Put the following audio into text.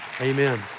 Amen